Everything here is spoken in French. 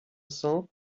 cents